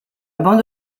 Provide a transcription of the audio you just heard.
bande